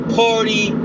party